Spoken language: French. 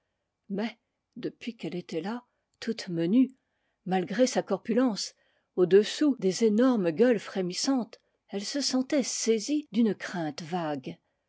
mais depuis qu'elle était là toute menue malgré sa corpulence au-dessous des énormes gueules frémissantes elle se sentait saisie d'une crainte vague